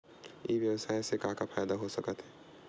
ई व्यवसाय से का का फ़ायदा हो सकत हे?